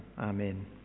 Amen